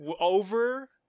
over